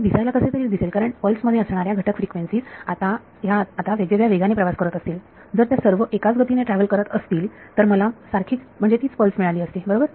हे दिसायला कसेतरीच दिसेल कारण पल्स मध्ये असणाऱ्या घटक फ्रिक्वेन्सीज ह्या आता वेगवेगळ्या वेगाने प्रवास करत असतील जर त्या सर्व एकाच गतीने ट्रॅव्हल करत असतील तर मला सारखीच म्हणजे तीच पल्स मिळाली असती बरोबर